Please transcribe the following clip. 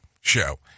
show